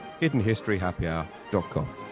hiddenhistoryhappyhour.com